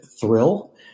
thrill